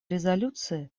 резолюции